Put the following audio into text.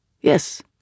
Yes